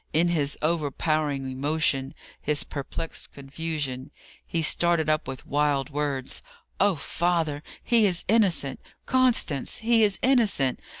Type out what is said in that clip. in his overpowering emotion his perplexed confusion he started up with wild words oh, father! he is innocent! constance, he is innocent!